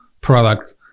product